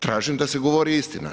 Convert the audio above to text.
Tražim da se govori istina.